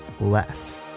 less